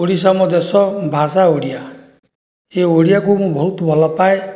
ଓଡ଼ିଶା ଆମ ଦେଶ ଭାଷା ଓଡ଼ିଆ ଏ ଓଡ଼ିଆକୁ ମୁଁ ବହୁତ ଭଲ ପାଏ